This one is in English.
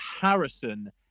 Harrison